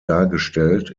dargestellt